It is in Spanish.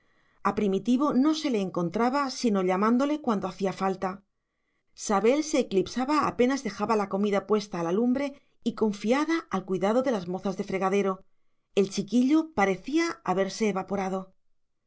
a primitivo no se le encontraba sino llamándole cuando hacía falta sabel se eclipsaba apenas dejaba la comida puesta a la lumbre y confiada al cuidado de las mozas de fregadero el chiquillo parecía haberse evaporado